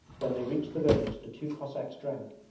when they reached the village the two cossacks drank,